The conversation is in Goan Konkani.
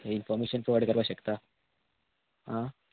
इनफोर्मेशन प्रोवायड करपाक शकता आं